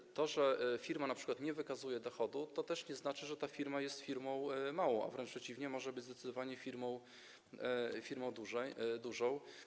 I to, że firma np. nie wykazuje dochodu, to nie znaczy, że ta firma jest firmą małą, a wręcz przeciwnie, może być zdecydowanie firmą dużą.